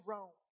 Rome